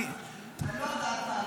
אני -- תנוח דעתך,